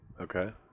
Okay